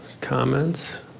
comments